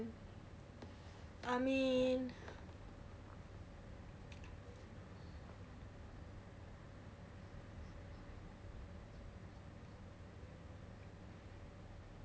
I mean